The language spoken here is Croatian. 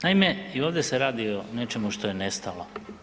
Naime, i ovdje se radi o nečemu što je nestalo.